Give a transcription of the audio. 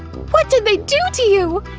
what did they do to you!